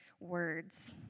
words